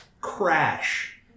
Crash